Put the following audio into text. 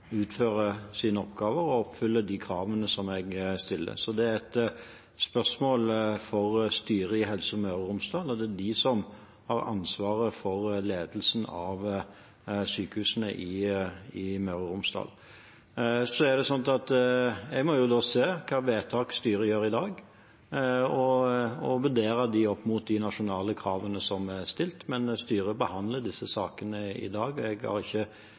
utfører sine oppgaver og oppfyller de kravene som jeg stiller. Så det er et spørsmål for styret i Helse Møre og Romsdal, og det er de som har ansvaret for ledelsen av sykehusene i Møre og Romsdal. Jeg må se hvilke vedtak styret gjør i dag, og vurdere dem opp mot de nasjonale kravene som er stilt. Men styret behandler disse sakene i dag, og jeg har ikke